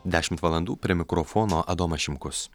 dešimt valandų prie mikrofono adomas šimkus